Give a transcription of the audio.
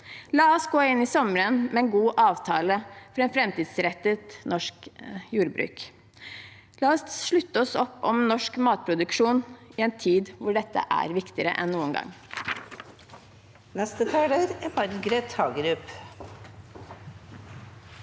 La oss gå inn i sommeren med en god avtale for et framtidsrettet norsk jordbruk. La oss slutte opp om norsk matproduksjon i en tid da dette er viktigere enn noen gang. Margret Hagerup